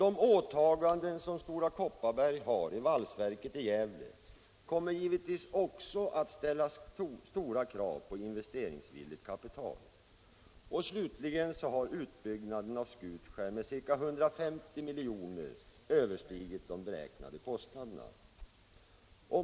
De åtaganden som Stora Kopparberg har gjort i valsverket i Gävle kommer givetvis också att ställa stora krav på investeringsvilligt kapital. Slutligen har utbyggnaden av Skutskär med ca 150 miljoner överstigit de beräknade kostnaderna.